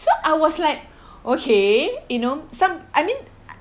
so I was like okay you know some I mean